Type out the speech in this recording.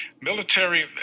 military